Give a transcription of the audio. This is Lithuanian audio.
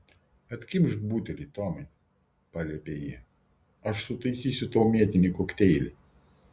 atkimšk butelį tomai paliepė ji aš sutaisysiu tau mėtinį kokteilį